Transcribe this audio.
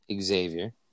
Xavier